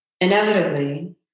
inevitably